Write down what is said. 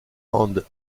and